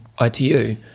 ITU